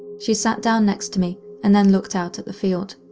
she sat down next to me, and then looked out at the field.